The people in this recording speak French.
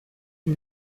une